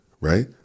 right